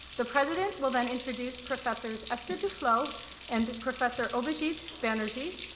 the president will then introduce professors esther duflo and professor abhijit banerjee.